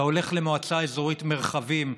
אתה הולך למועצה אזורית מרחבים,